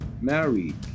married